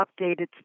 updated